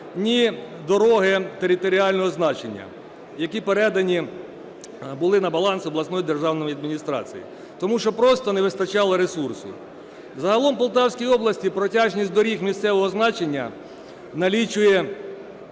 ні дороги територіального значення, які передані були на баланс обласної державної адміністрації, тому що просто не вистачало ресурсу. Загалом в Полтавській області протяжність доріг місцевого значення налічує